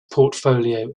portfolio